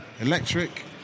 electric